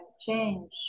change